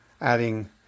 adding